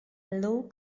low